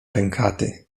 pękaty